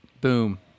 boom